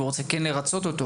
והוא כן רוצה לרצות אותו,